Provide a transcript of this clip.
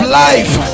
life